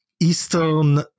Eastern